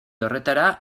horretara